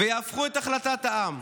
ויהפכו את החלטת העם.